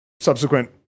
subsequent